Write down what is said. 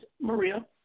Maria